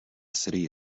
city